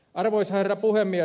arvoisa herra puhemies